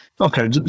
Okay